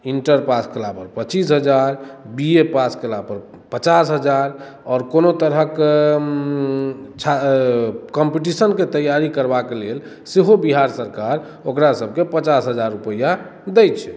inter pass केला पर पचीस हजार बी ए पास केला पर पचास हजार आओर कोनो तरहक छा कम्पीटिशनके तैयारी करबाक लेल सेहो बिहार सरकार ओकरा सभके पचास हजार रुपैआ दै छै